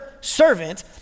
servant